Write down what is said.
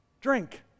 Drink